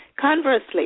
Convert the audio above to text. Conversely